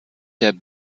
der